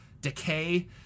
decay